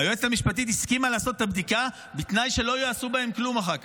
היועצת המשפטית הסכימה לעשות את הבדיקה בתנאי שלא יעשו להם כלום אחר כך.